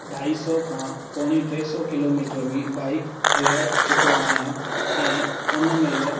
ढाई सौ खां पोणे टे सौ किलोमीटर बि बाईक हलाए चुको आहियां ऐं उन में बि